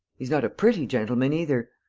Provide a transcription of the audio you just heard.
he's not a pretty gentleman either.